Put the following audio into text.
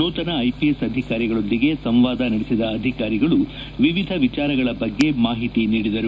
ನೂತನ ಐಪಿಎಸ್ ಅಧಿಕಾರಿಗಳೊಂದಿಗೆ ಸಂವಾದ ನಡೆಸಿದ ಅಧಿಕಾರಿಗಳು ವಿವಿಧ ವಿಚಾರಗಳ ಬಗ್ಗೆ ಮಾಹಿತಿ ನೀಡಿದರು